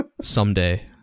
Someday